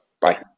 Bye